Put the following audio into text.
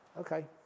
okay